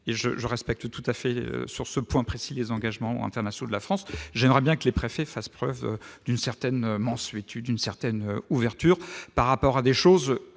Je respecte, tout à fait, sur ce point précis, les engagements internationaux de la France. J'aimerais donc que les préfets fassent preuve d'une certaine mansuétude, d'une certaine ouverture par rapport à des actes